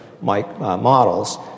models